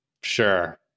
sure